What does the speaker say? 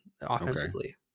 offensively